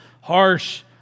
harsh